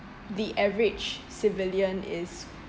the average civilian is